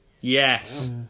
yes